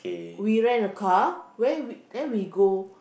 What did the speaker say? we rent a car where we then we go